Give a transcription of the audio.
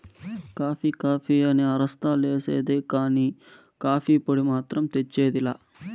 coffee coffee అని అరస్తా లేసేదే కానీ, కాఫీ పొడి మాత్రం తెచ్చేది లా